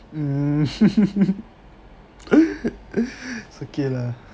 mm it's okay lah